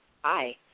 Hi